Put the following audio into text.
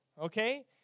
okay